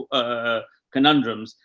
ah, conundrums.